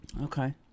Okay